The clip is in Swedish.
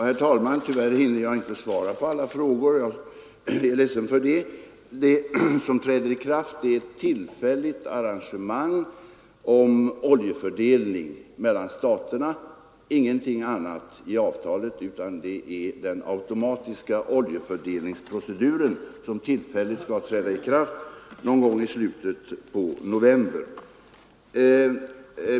Herr talman! Tyvärr hinner jag inte svara på alla frågor, och jag är ledsen för det. Det som i praktiken träder i kraft är ett tillfälligt arrangemang för oljefördelning mellan staterna. Det är den automatiska oljefördelningsproceduren, som alltså skall träda i kraft någon gång i slutet av november.